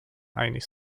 einig